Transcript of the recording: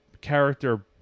character